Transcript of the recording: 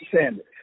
Sanders